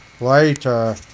later